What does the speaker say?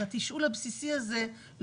אז התשאול הבסיסי הזה,